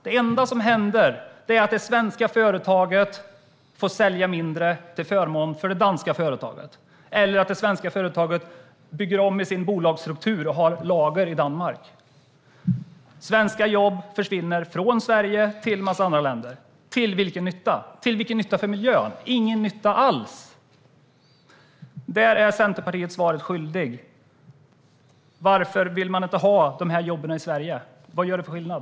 Det enda som händer är att det svenska företaget får sälja mindre till förmån för det danska företaget eller att det svenska företaget bygger om sin bolagsstruktur och skaffar lager i Danmark. Svenska jobb försvinner från Sverige till en massa andra länder - till vilken nytta, till vilken nytta för miljön? Det är ingen nytta alls. Där är Centerpartiet svaret skyldigt. Varför vill ni inte ha de här jobben i Sverige? Vad gör det för skillnad?